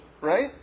right